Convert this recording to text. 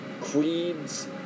creeds